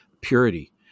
purity